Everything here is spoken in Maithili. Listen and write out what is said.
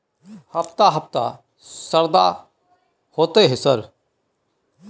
हफ्ता हफ्ता शरदा होतय है सर?